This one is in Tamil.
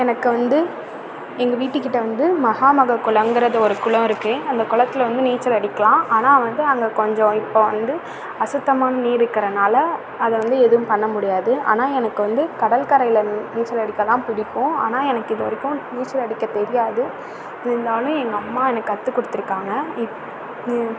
எனக்கு வந்து எங்கள் வீட்டுக்கிட்டே வந்து மகாமக குளம்ங்கிறது ஒரு குளம் இருக்குது அந்த குளத்தில் வந்து நீச்சல் அடிக்கலாம் ஆனால் வந்து அங்கே கொஞ்சம் இப்போ வந்து அசுத்தமான நீர் இருக்கிறனால அதை வந்து எதுவும் பண்ண முடியாது ஆனால் எனக்கு வந்து கடல் கரையில் நீச்சல் அடிக்கத் தான் பிடிக்கும் ஆனால் எனக்கு இதுவரைக்கும் நீச்சல் அடிக்க தெரியாது இருந்தாலும் எங்கள் அம்மா எனக்கு கற்று கொடுத்துருக்காங்க இப் நியூ